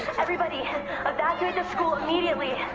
everybody, evacuate the school immediately.